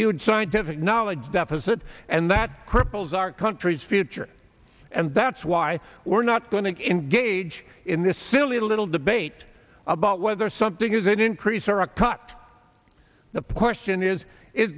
huge scientific knowledge deficit and that cripples our country's future and that's why we're not going to get engage in this silly little debate about whether something is that increase or a cut the portion is i